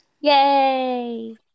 yay